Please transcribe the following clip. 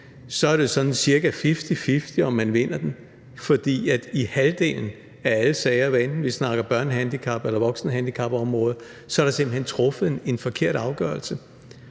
sådan cirka fifty-fifty, om man vinder den, fordi der i halvdelen af alle sager, hvad enten vi snakker om børne- eller voksenhandicapområdet, simpelt hen er truffet en forkert afgørelse.